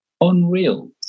Unreal